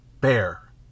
Bear